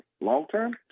Long-term